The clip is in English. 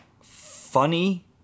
funny